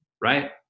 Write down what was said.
Right